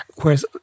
Whereas